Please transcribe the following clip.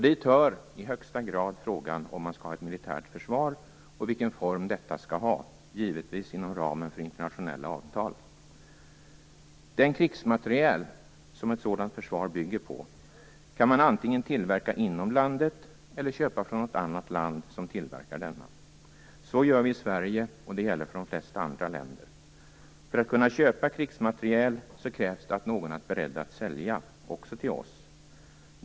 Dit hör i högsta grad frågan om man skall ha ett militärt försvar och vilken form detta skall ha - givetvis inom ramen för internationella avtal. Den krigsmateriel som ett sådant försvar bygger på kan man antingen tillverka inom landet eller köpa från något annat land som tillverkar denna. Så gör vi i Sverige, och det gäller för de flesta andra länder. För att kunna köpa krigsmateriel krävs det att någon är beredd att sälja - också till oss.